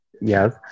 Yes